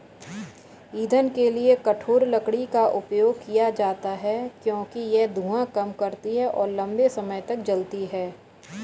ईंधन के लिए कठोर लकड़ी का उपयोग किया जाता है क्योंकि यह धुआं कम करती है और लंबे समय तक जलती है